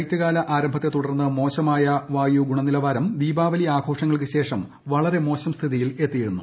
ശൈത്യകാല ആരംഭത്തെ തുടർന്ന് മോശമായ വായു ഗുണനിലവാരം ദീപാവലി ആഘോഷങ്ങൾക്ക് ശേഷം വളരെ മോശം സ്ഥിതിയിൽ എത്തിയിരുന്നു